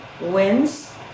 wins